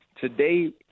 today